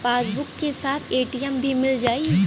Passbook के साथ ATM भी मील जाई?